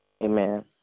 Amen